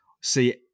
see